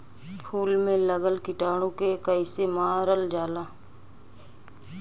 फूल में लगल कीटाणु के कैसे मारल जाला?